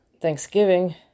Thanksgiving